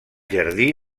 jardí